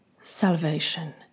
salvation